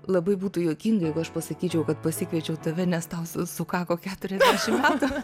labai būtų juokinga jeigu aš pasakyčiau kad pasikviečiau tave nes tau sukako keturiasdešim metų